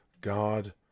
God